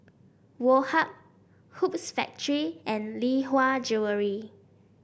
Woh Hup Hoops Factory and Lee Hwa Jewellery